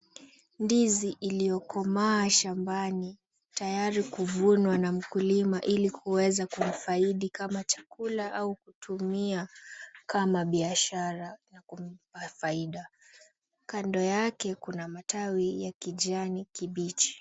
Ndizi iliyokomaa shambani tayari kuvunwa na mkulima ili kuweza kumfaidi kama chakula au kutumia kama biashara na kumpa faida. Kando yake kuna matawi ya kijani kibichi.